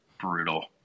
brutal